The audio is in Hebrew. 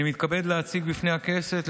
אני מתכבד להציג בפני הכנסת,